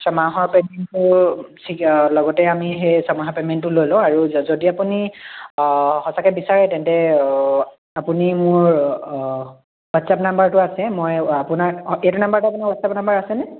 ছমাহৰ পেমেণ্টটো ঠিক লগতে আমি সেই ছমাহৰ পেমেণ্টটো লৈ লওঁ যদি আপুনি সঁচাকে বিচাৰে তেন্তে আপুনি মোৰ হোৱাটচ্এপ নম্বৰটো আছে মই আপোনাক এইটো নাম্বাৰত আপোনাৰ হোৱাটচ্এপ নম্বৰ আছেনে